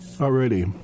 already